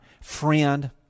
friend